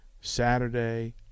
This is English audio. Saturday